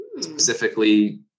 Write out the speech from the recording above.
specifically